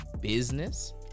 business